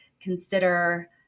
consider